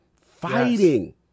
fighting